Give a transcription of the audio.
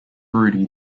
rudy